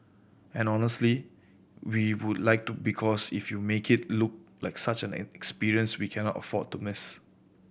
and honestly we would like to because if you make it look like such an experience we cannot afford to miss